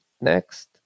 next